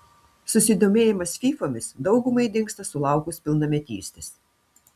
susidomėjimas fyfomis daugumai dingsta sulaukus pilnametystės